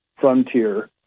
Frontier